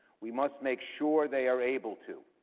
we must make sure they are able to.